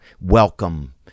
welcome